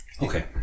Okay